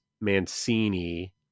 Mancini